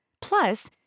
Plus